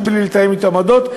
בלי לתאם אתו עמדות,